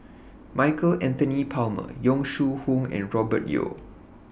Michael Anthony Palmer Yong Shu Hoong and Robert Yeo